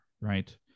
right